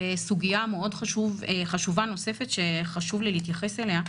סוגיה חשובה נוספת שחשוב לי להתייחס אליה,